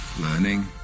learning